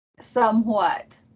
somewhat